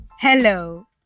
Hello